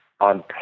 on